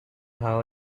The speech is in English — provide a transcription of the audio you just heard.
how